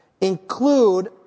include